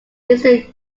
eastern